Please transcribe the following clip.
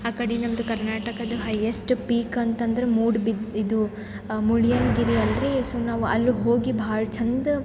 ಆ ಕಡೆ ನಮ್ದು ಕರ್ನಾಟಕದ ಹೈಯೆಸ್ಟ್ ಪೀಕ್ ಅಂತಂದ್ರೆ ಮೂಡ್ಬಿದ ಇದು ಮುಳ್ಳಯ್ಯನ್ ಗಿರಿ ಅಲ್ರಿ ಸೋ ನಾವು ಅಲ್ಲಿ ಹೋಗಿ ಭಾಳ ಚಂದ